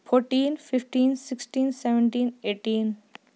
fourteen fifteen sixteen seventeen eighteen